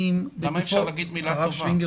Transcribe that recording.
למה אי אפשר להגיד מילה טובה?